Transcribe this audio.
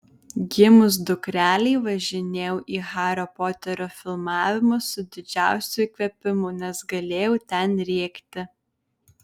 gimus dukrelei važinėjau į hario poterio filmavimus su didžiausiu įkvėpimu nes galėjau ten rėkti